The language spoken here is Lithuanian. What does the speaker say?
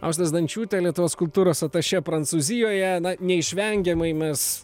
austė zdančiūtė lietuvos kultūros atašė prancūzijoje na neišvengiamai mes